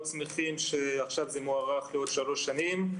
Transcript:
שמחים שעכשיו זה מוארך לעוד שלוש שנים,